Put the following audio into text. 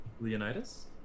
Leonidas